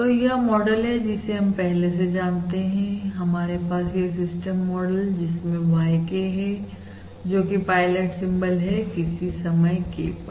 तो यह मॉडल है जिसे हम पहले से जानते हैं हमारे पास यह सिस्टम मॉडल जिसमें yk है और जोकि पायलट सिंबल है किसी समय k पर